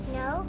no